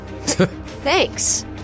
Thanks